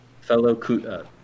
fellow